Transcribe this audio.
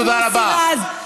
תודה רבה.